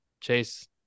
chase